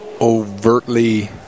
overtly